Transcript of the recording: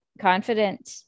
confident